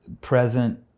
present